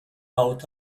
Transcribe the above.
out